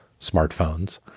smartphones